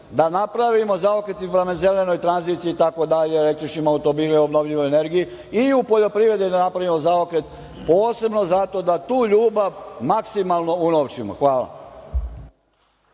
da napravimo zaokret prema zelenoj tranziciji itd. električnim automobilima, obnovljivoj energiji i u poljoprivredi da napravimo zaokret posebno zato da tu ljubav maksimalno unovčimo. Hvala.